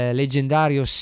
leggendario